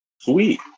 sweet